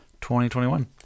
2021